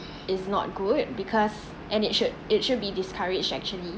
is not good because and it should it should be discouraged actually